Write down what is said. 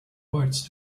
words